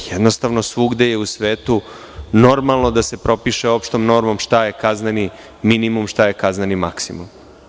Svugde je u svetu normalno da se propiše opštom normom šta je kazneni minimum, šta je kazneni maksimum.